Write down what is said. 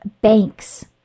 banks